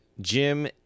Jim